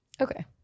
Okay